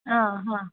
आ हा